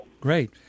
Great